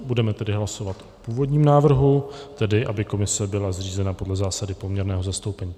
Budeme tedy hlasovat o původním návrhu, tedy aby komise byla zřízena podle zásady poměrného zastoupení.